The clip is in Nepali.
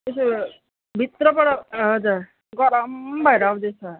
त्यो भित्रबाट हजुर गरम भएर आउँदै छ